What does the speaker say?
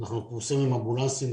אנחנו פרוסים עם אמבולנסים,